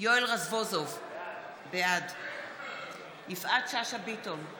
יואל רזבוזוב, בעד יפעת שאשא ביטון,